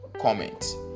comments